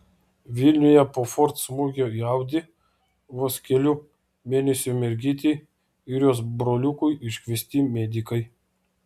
vilniuje po ford smūgio į audi vos kelių mėnesių mergytei ir jos broliukui iškviesti medikai